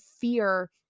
fear